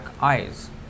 eyes